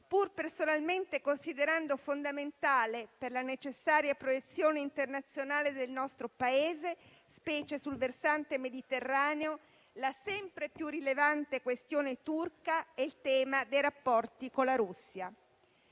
pur personalmente considerando fondamentale per la necessaria protezione internazionale del nostro Paese, specie sul versante Mediterraneo, la sempre più rilevante questione turca e il tema dei rapporti con la Russia.